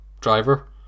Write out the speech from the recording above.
driver